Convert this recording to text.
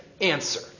answer